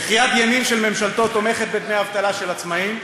איך יד ימין של ממשלתו תומכת בדמי אבטלה לעצמאים,